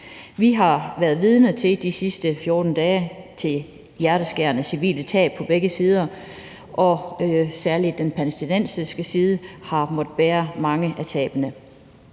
Vi har de sidste 14 dage været vidne til hjerteskærende civile tab på begge sider, og særlig den palæstinensiske side har måttet bære mange af tabene.